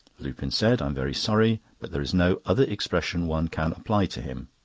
lupin said i'm very sorry, but there is no other expression one can apply to him.